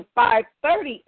5:30